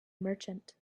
merchant